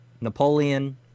Napoleon